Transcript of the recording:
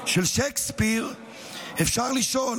של שייקספיר אפשר לשאול: